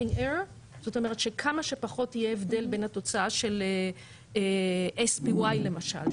error זאת אומרת שכמה שפחות יהיה הבדל בין התוצאה של SPY למשל,